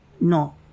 No